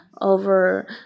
over